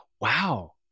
wow